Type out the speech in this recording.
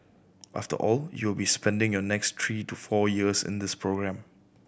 after all you will be spending your next three to four years in this programme